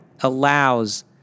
allows